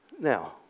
Now